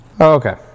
Okay